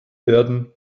werden